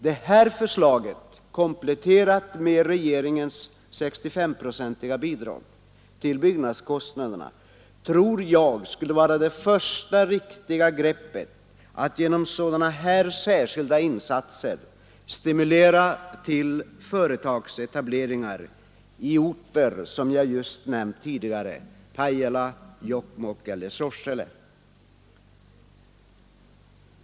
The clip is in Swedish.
Detta förslag, kompletterat med regeringens 65-procentiga bidrag till byggnadskostnaderna, tror jag skulle vara det första riktiga greppet för att genom sådana här särskilda insatser stimulera till företagsetablering i orter som jag nämnt tidigare — Pajala, Jokkmokk eller Sorsele.